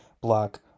block